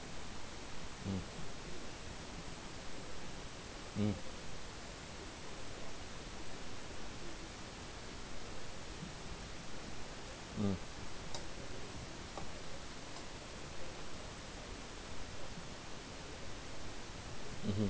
mm mm mm mmhmm